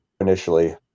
Initially